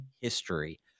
history